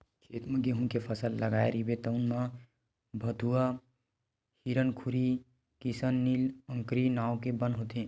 खेत म गहूँ के फसल लगाए रहिबे तउन म भथुवा, हिरनखुरी, किसननील, अकरी नांव के बन होथे